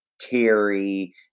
Terry